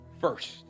first